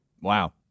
wow